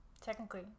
Technically